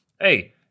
Hey